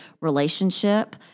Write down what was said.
relationship